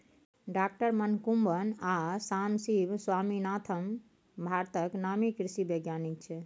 डॉ मनकुंबन आ सामसिब स्वामीनाथन भारतक नामी कृषि बैज्ञानिक छै